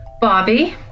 Bobby